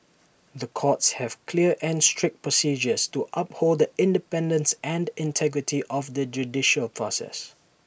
the courts have clear and strict procedures to uphold The Independence and integrity of the judicial process